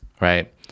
right